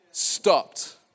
stopped